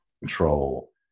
control